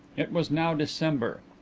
it was now december.